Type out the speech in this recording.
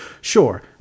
sure